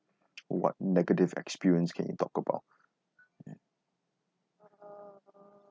what negative experience can you talk about